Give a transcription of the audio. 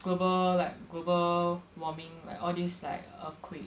global like global warming like all these like earthquake